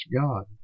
God